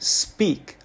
speak